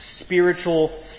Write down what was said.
spiritual